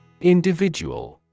Individual